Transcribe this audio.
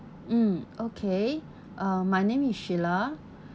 mm okay uh my name is sheila